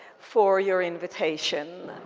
for your invitation.